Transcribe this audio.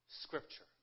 Scripture